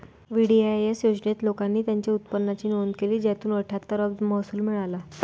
VDIS योजनेत, लोकांनी त्यांच्या उत्पन्नाची नोंद केली, ज्यातून अठ्ठ्याहत्तर अब्ज महसूल मिळाला